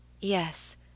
Yes